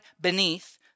beneath